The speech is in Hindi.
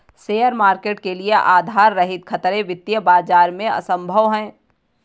शेयर मार्केट के लिये आधार रहित खतरे वित्तीय बाजार में असम्भव हैं